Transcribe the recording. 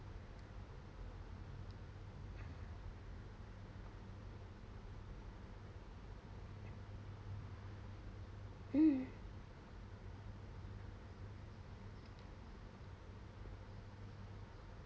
mm